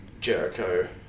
Jericho